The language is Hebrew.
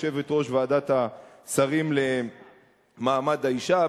יושבת-ראש ועדת השרים למעמד האשה,